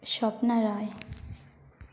Swapna Rai